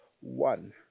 one